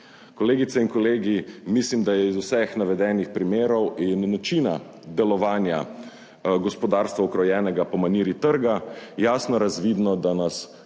Kolegice in kolegi, mislim, da je iz vseh navedenih primerov in načina delovanja gospodarstva ukrojenega po maniri trga, jasno razvidno, da nas